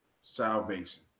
Salvation